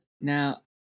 Now